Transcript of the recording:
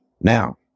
Now